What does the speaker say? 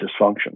dysfunction